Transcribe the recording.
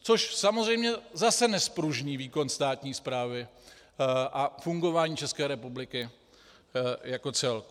Což samozřejmě zase nezpružní výkon státní správy a fungování České republiky jako celku.